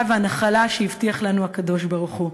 והנחלה שהבטיח לנו הקדוש-ברוך-הוא.